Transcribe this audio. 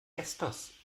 estos